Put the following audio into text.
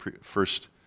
first